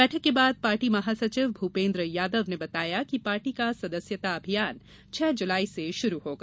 बैठक के बाद पार्टी महासचिव भूपेन्द्र यादव ने बताया कि पार्टी का सदस्यता अभियान छह जुलाई से शुरू होगा